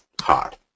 hard